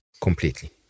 Completely